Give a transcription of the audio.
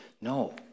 No